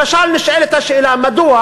למשל, נשאלת השאלה, מדוע